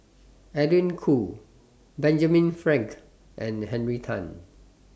Edwin Koo Benjamin Frank and Henry Tan